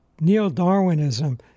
neo-Darwinism